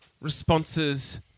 responses